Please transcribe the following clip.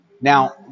Now